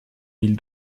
mille